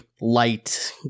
light